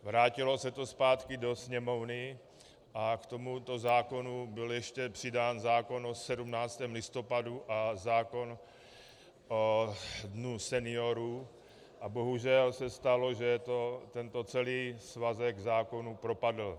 Vrátilo se to zpátky do Sněmovny a k tomuto zákonu byl ještě přidán zákon o 17. listopadu a zákon o Dnu seniorů a bohužel se stalo, že tento celý svazek zákonů propadl.